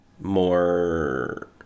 more